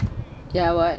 ya what